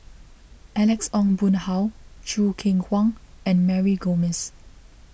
Alex Ong Boon Hau Choo Keng Kwang and Mary Gomes